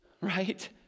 right